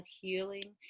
healing